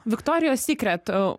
viktorijos sekret